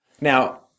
Now